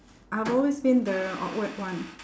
I've always been the awkward one